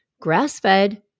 grass-fed